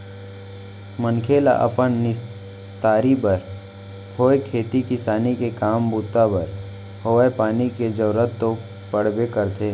मनखे ल अपन निस्तारी बर होय खेती किसानी के काम बूता बर होवय पानी के जरुरत तो पड़बे करथे